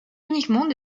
uniquement